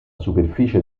superficie